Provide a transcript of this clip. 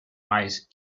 ice